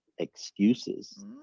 Excuses